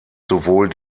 sowohl